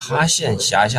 辖下